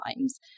times